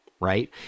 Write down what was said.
right